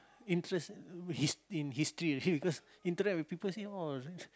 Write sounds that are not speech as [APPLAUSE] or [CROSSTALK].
interest [NOISE] His~ in History because interact with people see all